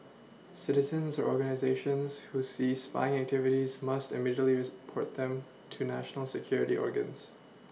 citizens organisations who see spying activities must immediately them to national security organs